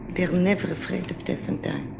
they are never afraid of death and dying.